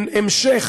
הם המשך